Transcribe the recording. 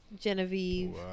Genevieve